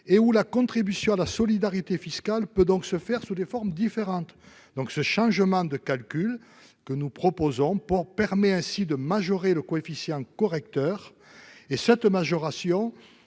et où la contribution à la solidarité fiscale peut donc se faire sous une forme différente. Ce changement de calcul permet ainsi de majorer le coefficient correcteur. Cette majoration